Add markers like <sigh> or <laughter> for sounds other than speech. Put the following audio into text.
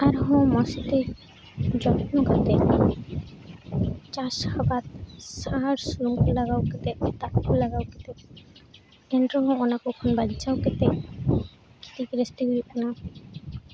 ᱟᱨᱦᱚᱸ ᱢᱚᱡᱽᱛᱮ ᱡᱚᱛᱱᱚ ᱠᱟᱛᱮ <unintelligible> ᱪᱟᱥ ᱟᱵᱟᱫ <unintelligible> ᱞᱟᱜᱟᱣ ᱠᱟᱛᱮ ᱫᱟᱜ ᱠᱚ ᱞᱟᱜᱟᱣ ᱠᱟᱛᱮ ᱮᱱ ᱨᱮᱦᱚᱸ ᱚᱱᱟ ᱠᱚ ᱠᱷᱚᱱ ᱵᱟᱧᱪᱟᱣ ᱠᱟᱛᱮ ᱠᱷᱚᱛᱤ ᱜᱮ ᱡᱟᱹᱥᱛᱤ ᱦᱩᱭᱩᱜ ᱠᱟᱱᱟ